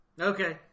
Okay